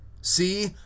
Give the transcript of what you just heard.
see